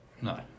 No